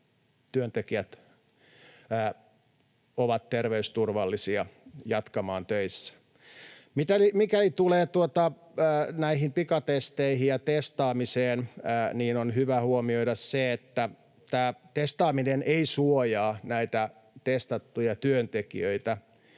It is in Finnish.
työntekijät ovat terveysturvallisia jatkamaan töissä. Mitä tulee näihin pikatesteihin ja testaamiseen, niin on hyvä huomioida se, että tämä testaaminen ei suojaa näitä testattuja työntekijöitä